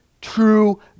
true